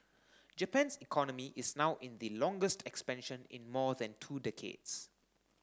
Japan's economy is now in the longest expansion in more than two decades